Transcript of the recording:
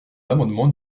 l’amendement